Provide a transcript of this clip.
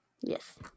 Yes